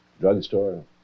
drugstore